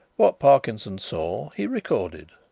what parkinson saw he recorded,